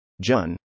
Jun